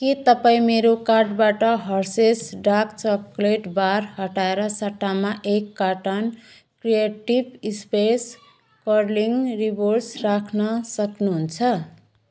के तपाईँ मेरो कार्टबाट हर्सेस डार्क चक्लेट बार हटाएर सट्टामा एक carton creative space curling ribbons राख्न सक्नुहुन्छ